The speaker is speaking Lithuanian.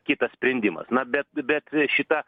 kitas sprendimas na bet bet šita